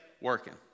working